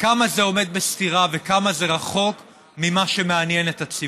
וכמה זה עומד בסתירה וכמה זה רחוק ממה שמעניין את הציבור.